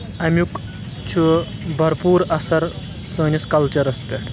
امیُک چھُ برپوٗر اَثر سٲنِس کَلچَرَس پؠٹھ